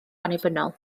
annibynnol